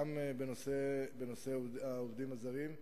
גם בנושא העובדים הזרים,